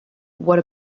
what